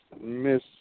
Miss